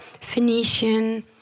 Phoenician